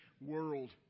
world